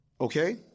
okay